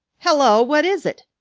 hello, what is it?